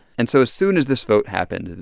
and so as soon as this vote happened, and